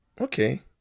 Okay